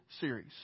series